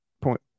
point